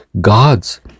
God's